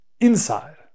Inside